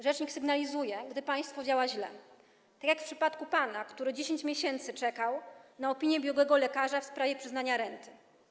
Rzecznik sygnalizuje, gdy państwo działa źle, tak jak w przypadku pana, który 10 miesięcy czekał na opinię biegłego lekarza w sprawie przyznania renty.